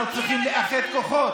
אנחנו צריכים לאחד כוחות.